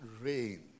rain